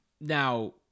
now